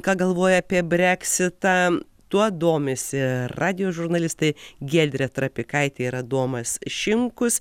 ką galvoja apie breksitą tuo domisi radijo žurnalistė giedrė trapikaitė ir adomas šimkus